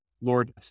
Lord